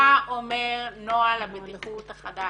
מה אומר נוהל הבטיחות החדש?